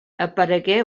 aparegué